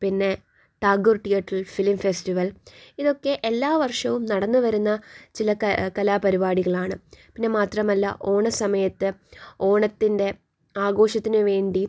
പിന്നെ ടാഗോർ തിയേറ്ററിൽ film festival ഇതൊക്കെ എല്ലാ വർഷവും നടന്നു വരുന്ന ചില ക കലാപരിപാടികളാണ് പിന്നെ മാത്രമല്ല ഓണസമയത്ത് ഓണത്തിൻ്റെ ആഘോഷത്തിനു വേണ്ടി